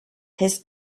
his